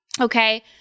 Okay